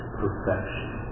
perfection